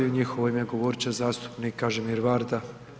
U njihovo ime govorit će zastupnik Kažimir Varda.